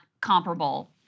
comparable